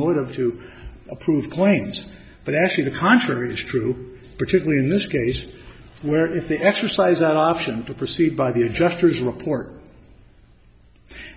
motive to approve claims but actually the contrary is true particularly in this case where if they exercise that option to proceed by the adjusters report